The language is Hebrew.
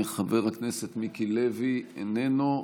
חבר הכנסת מיקי לוי, איננו.